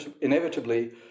inevitably